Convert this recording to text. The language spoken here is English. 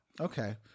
Okay